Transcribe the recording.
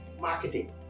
marketing